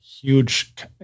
huge